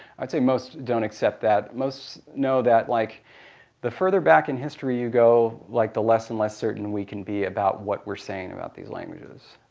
i'd say most don't accept that. most know that like the further back in history you go like the less and less certain we can be about what we're saying about these languages.